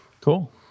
Cool